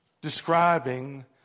describing